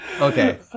Okay